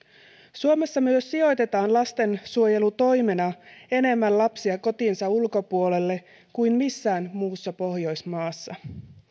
suomessa myös sijoitetaan lastensuojelutoimena enemmän lapsia kotinsa ulkopuolelle kuin missään muussa pohjoismaassa